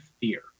fear